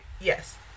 Yes